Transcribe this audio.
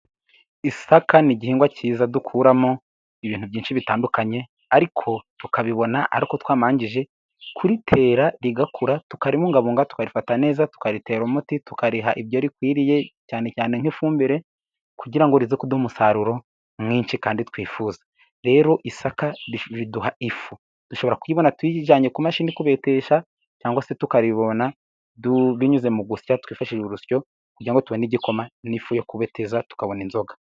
Isaka ni igihingwa cyiza dukuramo ibintu byinshi bitandukanye, ariko tukabibona aruko twabanjije kuritera rigakura, tukaribungabunga, tukarifata neza, tukaritera umuti, tukariha ibyo rikwiriye cyane cyane nk'ifumbire, kugira ngo rize kuduha umusaruro mwinshi kandi twifuza, rero isaka riduha ifu, dushobora kuyibona turijyanye ku mashini kubetesha, cyangwa se tukaribona binyuze mu gusya twifashishije urusyo, kugira ngo tubone igikoma, n'ifu yo kubeteza tukabona inzoga.